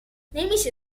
نمیشه